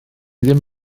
ddim